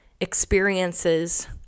experiences